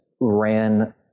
ran